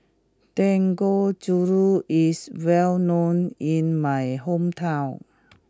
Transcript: Dangojiru is well known in my hometown